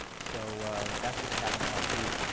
so that's just happened last week.